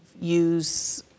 use